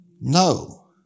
no